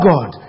God